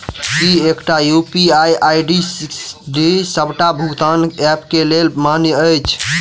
की एकटा UPI ID डी सबटा भुगतान ऐप केँ लेल मान्य अछि?